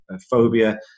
phobia